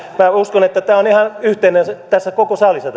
minä uskon että tämä tahtotila on ihan yhteinen tässä koko salissa